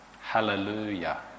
hallelujah